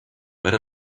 per